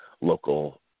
local